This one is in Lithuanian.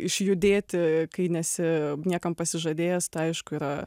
išjudėti kai nesi niekam pasižadėjęs tai aišku yra